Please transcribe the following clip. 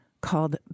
called